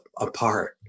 apart